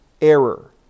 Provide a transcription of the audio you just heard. error